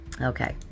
Okay